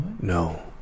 No